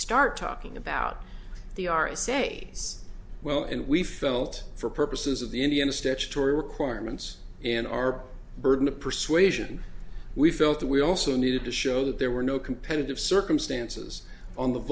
start talking about the r s a well and we felt for purposes of the indian statutory requirements in our burden of persuasion we felt that we also needed to show that there were no competitive circumstances on the